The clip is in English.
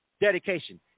dedication